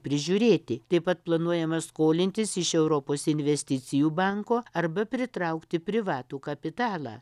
prižiūrėti taip pat planuojama skolintis iš europos investicijų banko arba pritraukti privatų kapitalą